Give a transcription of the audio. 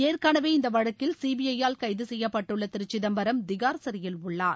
ஏற்கனவே இந்த வழக்கில சிபிஐ யால் கைது செய்யப்பட்டுள்ள திரு சிதம்பரம் திகார் சிறையில் உள்ளார்